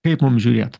kaip mums žiūrėt